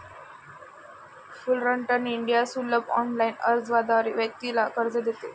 Fullerton India सुलभ online अर्जाद्वारे व्यक्तीला कर्ज देते